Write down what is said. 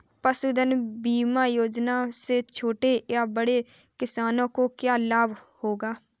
पशुधन बीमा योजना से छोटे या बड़े किसानों को क्या लाभ होगा?